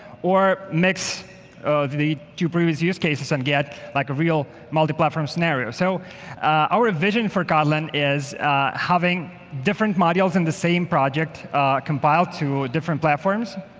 or mix of the two previous use cases and get like a real multi-platform scenario. so our vision for kotlin is having different modules in the same project compiled to ah different platforms.